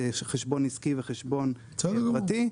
חשבון עסקי וחשבון פרטי,